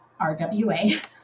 RWA